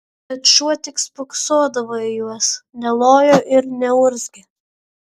bet šuo tik spoksodavo į juos nelojo ir neurzgė